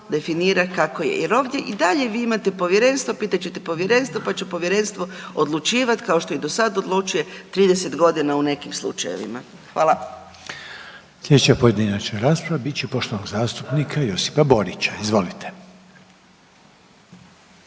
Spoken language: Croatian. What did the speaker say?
definira kako je. Jer ovdje i dalje vi imate povjerenstvo, pitat ćete povjerenstvo, pa će povjerenstvo odlučivat kao što i do sad odlučuje 30.g. u nekim slučajevima. Hvala. **Reiner, Željko (HDZ)** Slijedeća pojedinačna rasprava bit će poštovanog zastupnika Josipa Borića, izvolite.